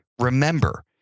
Remember